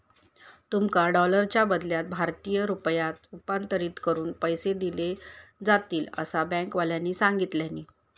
तुमका डॉलरच्या बदल्यात भारतीय रुपयांत रूपांतरीत करून पैसे दिले जातील, असा बँकेवाल्यानी सांगितल्यानी